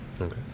Okay